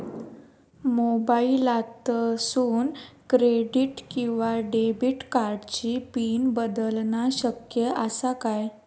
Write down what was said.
मोबाईलातसून क्रेडिट किवा डेबिट कार्डची पिन बदलना शक्य आसा काय?